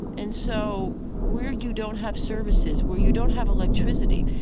and so where you don't have services, where you don't have electricity,